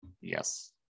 Yes